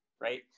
right